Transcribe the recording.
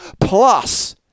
Plus